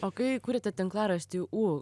o kai kurėte tinklaraštį ū